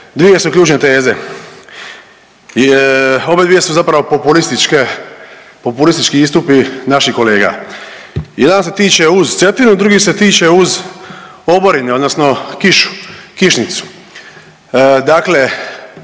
dvije su ključne teze, obadvije su zapravo populističke, populistički istupi naših kolega. Jedan se tiče uz Cetinu, drugi se tiče uz oborine odnosno kišu, kišnicu. Dakle